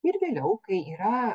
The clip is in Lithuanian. ir vėliau kai yra